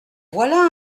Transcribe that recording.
voilà